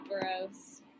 gross